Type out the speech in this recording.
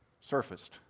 surfaced